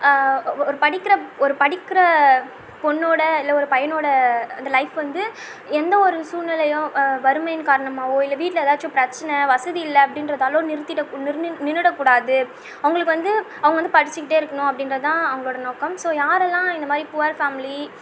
ஒரு படிக்கிற ஒரு படிக்கிற பெண்ணோட இல்லை ஒரு பையனோடய அந்த லைஃப் வந்து எந்த ஒரு சூழ்நிலைலேயும் வறுமையின் காரணமாகவோ இல்லை வீட்டில் எதாச்சும் பிரச்சனை வசதியில்லை அப்படின்றதாலோ நிறுத்திட நிர் நின்றுடக்கூடாது அவங்களுக்கு வந்து அவங்க வந்து படித்துக்கிட்டேயிருக்கணும் அப்படின்றதுதான் அவங்களோட நோக்கம் ஸோ யாரெல்லாம் இந்தமாதிரி புவர் ஃபேமிலி